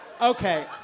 Okay